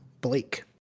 blake